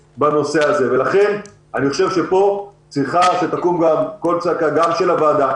לכן אני חושב שפה צריך לקום קול צעקה גם של הוועדה,